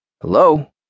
Hello